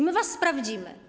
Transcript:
My was sprawdzimy.